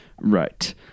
Right